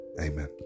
Amen